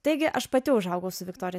taigi aš pati užaugau su viktorija